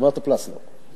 אמרת פלָסנר.